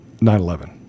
9-11